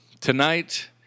Tonight